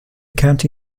county